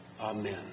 Amen